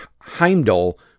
Heimdall